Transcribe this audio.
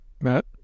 Matt